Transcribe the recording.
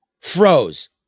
froze